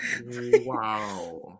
Wow